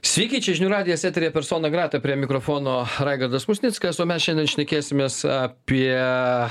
sveiki čia žinių radijas eteryje persona grata prie mikrofono raigardas musnickas o mes šiandien šnekėsimės apie